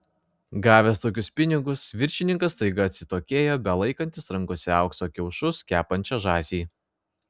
gavęs tokius pinigus viršininkas staiga atsitokėjo belaikantis rankose aukso kiaušus kepančią žąsį